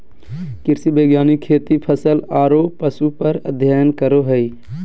कृषि वैज्ञानिक खेती, फसल आरो पशु पर अध्ययन करो हइ